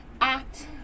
act